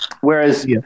Whereas